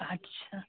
আচ্ছা